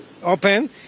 Open